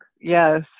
Yes